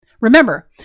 Remember